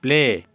play